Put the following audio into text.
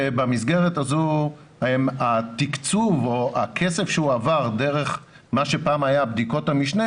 במסגרת הזאת התקצוב או הכסף שהועבר דרך מה שפעם היה בדיקות המשנה,